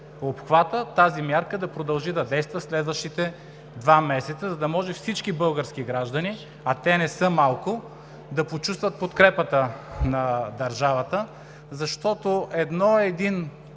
обхвата, тази мярка да продължи да действа следващите два месеца, за да може всички български граждани, а те не са малко, да почувстват подкрепата на държавата. Защото е едно един